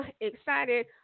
excited